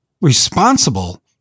responsible